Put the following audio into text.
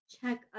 check